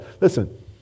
Listen